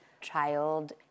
child